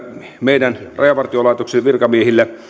meidän rajavartiolaitoksen virkamiehillä